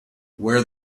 where